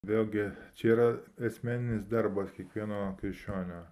vėlgi čia yra esminis darbas kiekvieno krikščionio